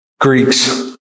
Greeks